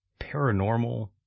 paranormal